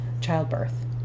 childbirth